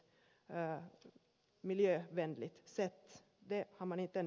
det har man ännu inte lyckats med